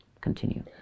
continue